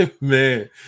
man